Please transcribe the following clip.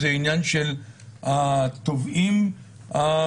זה עניין של התובעים הממשלתיים,